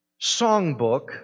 songbook